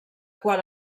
qual